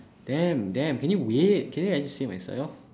damn damn can you wait can you actually say myself